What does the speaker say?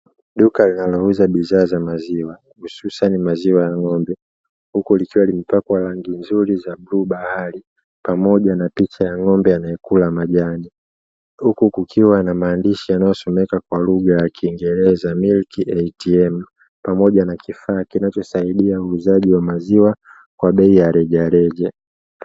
Duka linalouza bidhaa za maziwa hususa ni maziwa ya ng'ombe, huku likiwa limepakwa rangi nzuri za bluu bahari pamoja na picha ya ng'ombe anayekula majani, huku kukiwa na maandishi yanayosomeka kwa lugha ya kingerezaa "MILK ATM "pamoja na kifaa kinachosaidia uuzaji wa maziwa kwaa bei ya rejareja.